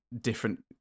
different